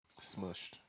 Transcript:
Smushed